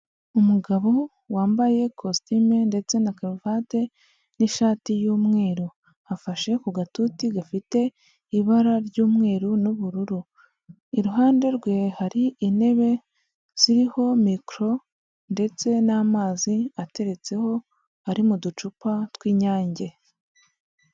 Umugabo wambaye kositime ndetse na karuvati n'ishati y'umweru, afashe ku gatuti gafite ibara ry'umweru n'ubururu, iruhande rwe hari intebe ziriho mikoro ndetse n'amazi ateretseho ari mu ducupa tw'Inyange.